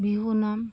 বিহুনাম